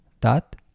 dot